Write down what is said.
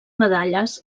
medalles